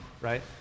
right